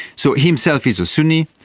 so he himself is a sunni.